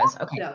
Okay